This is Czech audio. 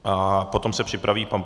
A potom se připraví pan...